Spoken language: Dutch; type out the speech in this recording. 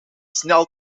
snel